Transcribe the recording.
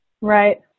Right